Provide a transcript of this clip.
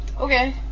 Okay